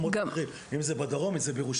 אם זה בדרום ואם זה בירושלים.